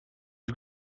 you